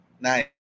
Nice